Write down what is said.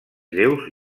lleus